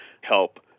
help